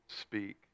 speak